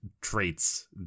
traits